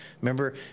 Remember